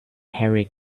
harry